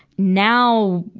now,